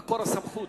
מי מקור הסמכות,